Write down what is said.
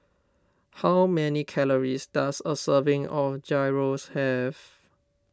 how many calories does a serving of Gyros have